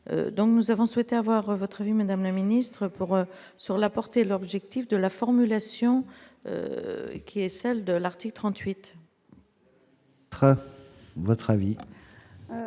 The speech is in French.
nous avons souhaité avoir votre avis Madame la ministre pour sur la porte et l'objectif de la formulation qui est celle de l'article 38. Votre avis.